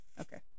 okay